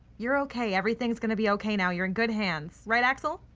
you're okay, everything's gonna be okay now you're in good hands. right, axel?